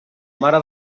mare